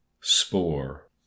spore